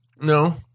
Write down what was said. No